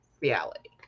reality